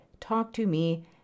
talktome